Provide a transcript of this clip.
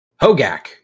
Hogak